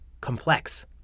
Complex